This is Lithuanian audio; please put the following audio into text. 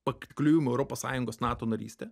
pakliuvimo į europos sąjungos nato narystę